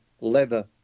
leather